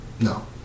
No